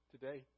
today